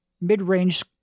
mid-range